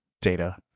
Data